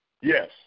Yes